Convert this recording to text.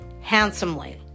handsomely